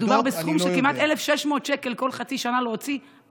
מדובר בסכום של כמעט 1,600 שקל כל חצי שנה על כלום.